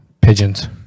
pigeons